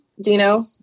Dino